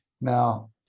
Now